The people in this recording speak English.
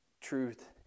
truth